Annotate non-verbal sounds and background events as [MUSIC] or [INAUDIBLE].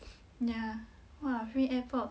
[NOISE] ya !wah! free airpod